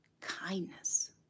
kindness